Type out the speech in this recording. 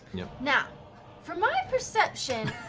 you know for my perception,